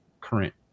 current